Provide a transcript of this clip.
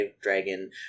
dragon